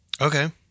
Okay